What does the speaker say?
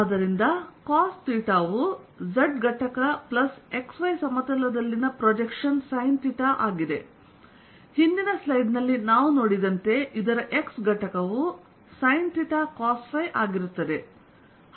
ಆದ್ದರಿಂದ cos θವು z ಘಟಕ ಪ್ಲಸ್ XY ಸಮತಲದಲ್ಲಿನ ಪ್ರೊಜೆಕ್ಷನ್ ಸೈನ್ ಥೀಟಾ ಆಗಿದೆ ಆದ್ದರಿಂದ ಹಿಂದಿನ ಸ್ಲೈಡ್ ನಲ್ಲಿ ನಾವು ನೋಡಿದಂತೆ ಇದರ x ಘಟಕವು sinθ cosϕ ಆಗಿರುತ್ತದೆ